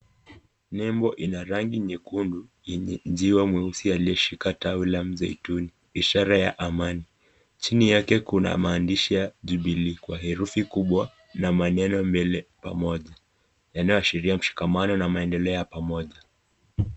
Nembo ina rangi nyekundu yenye jiwa mweusi aliyeshika tawi la mzetuni ishara ya amani. Chini yake kuna maandishi ya jubilee kwa herufi kubwa na maneno mbele pamoja yanayoashiria ushikamano na maendeleo ya pamoja.